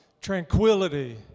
tranquility